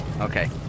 Okay